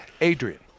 Adrian